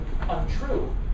untrue